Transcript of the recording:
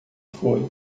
foi